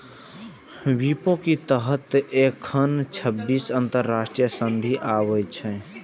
विपो के तहत एखन छब्बीस अंतरराष्ट्रीय संधि आबै छै